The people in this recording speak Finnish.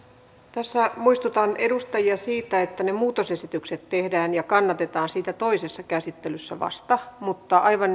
tässä muistutan edustajia siitä että ne muutosesitykset tehdään ja niitä kannatetaan toisessa käsittelyssä vasta mutta aivan